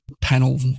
panel